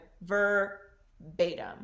verbatim